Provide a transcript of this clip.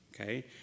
okay